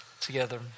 together